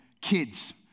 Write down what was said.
kids